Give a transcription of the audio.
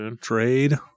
trade